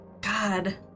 God